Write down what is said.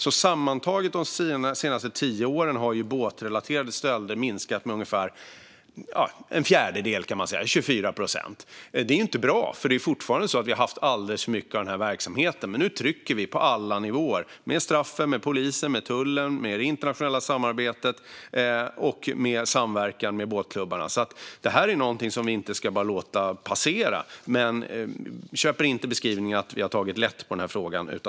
Sammantaget har båtrelaterade stölder under de senaste tio åren minskat med ungefär en fjärdedel, 24 procent. Det är inte bra, för det är fortfarande så att vi har haft alldeles för mycket av den här verksamheten. Nu trycker vi på alla nivåer - med straffen, med polisen, med tullen, med det internationella samarbetet och med samverkan med båtklubbarna. Det här är någonting som vi inte bara ska låta passera, men jag köper inte beskrivningen att vi har tagit lätt på den här frågan.